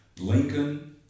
Lincoln